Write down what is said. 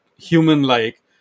human-like